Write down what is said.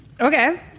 Okay